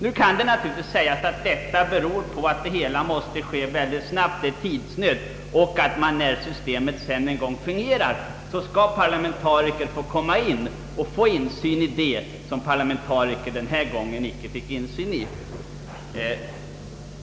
Nu kan det naturligtvis sägas bero på att det hela måste ske mycket snabbt, att det är tidsnöd och att när systemet en gång fungerar parlamentariker skall kunna få insyn i det som de denna gång icke fick insyn i.